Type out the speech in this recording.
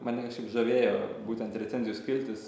mane kažkaip žavėjo būtent recenzijų skiltis